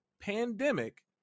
pandemic